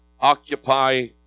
occupy